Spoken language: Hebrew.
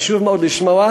חשוב מאוד לשמוע,